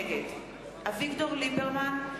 נגד אביגדור ליברמן,